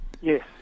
Yes